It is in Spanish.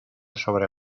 sobre